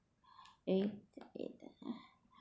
eh wait uh